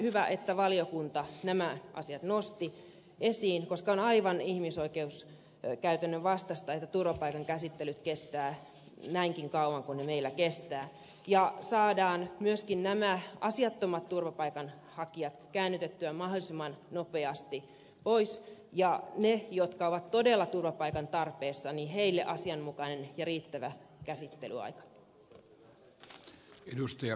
hyvä että valiokunta nämä asiat nosti esiin koska on aivan ihmisoikeuskäytännön vastaista että turvapaikan käsittelyt kestävät näinkin kauan kuin ne meillä kestävät ja saadaan myöskin nämä asiattomat turvapaikanhakijat käännytettyä mahdollisimman nopeasti pois ja niille jotka ovat todella turvapaikan tarpeessa asianmukainen ja riittävä käsittelyaika